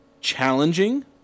challenging